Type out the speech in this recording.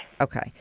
okay